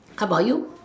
how about you